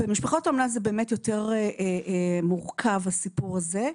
במשפחות אומנה זה באמת יותר מורכב הסיפור הזה,